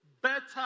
better